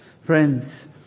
Friends